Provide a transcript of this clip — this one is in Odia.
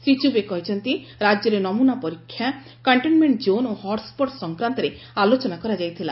ଶ୍ରୀ ଚୁବେ କହିଛନ୍ତି ରାଜ୍ୟରେ ନମୁନା ପରୀକ୍ଷା କଙ୍କେନମେଣ୍ଟ ଜୋନ ଓ ହଟ୍ସ୍ଟ୍ ସଂକ୍ରାନ୍ତରେ ଆଲୋଚନା କରାଯାଇଥିଲା